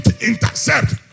intercept